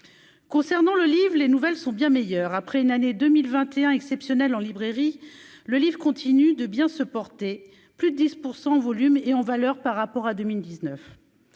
concernant le Live, les nouvelles sont bien meilleurs après une année 2021 exceptionnel en librairie le livre continue de bien se porter, plus de 10 % en volume et en valeur par rapport à 2019